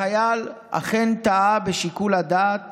החייל אכן טעה בשיקול הדעת